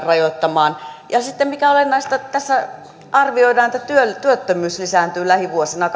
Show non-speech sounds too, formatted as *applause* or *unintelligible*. rajoittamaan ja sitten mikä olennaista tässä arvioidaan että työttömyys lisääntyy lähivuosina *unintelligible*